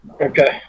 Okay